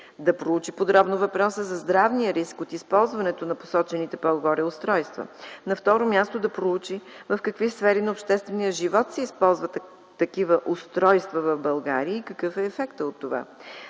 да проучи подробно въпроса за здравния риск от използването на посочените по-горе устройства; на второ място, да проучи в какви сфери на обществения живот се използват такива устройства в България и какъв е ефектът от това;